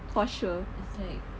for sure